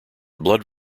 blood